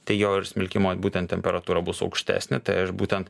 tai jo ir smilkimo būtent temperatūra bus aukštesnė tai aš būtent